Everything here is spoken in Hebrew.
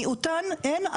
במיעוטן אין,